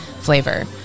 flavor